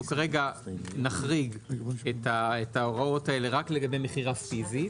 אנחנו כרגע נחריג את ההוראות האלה רק לגבי מכירה פיזית,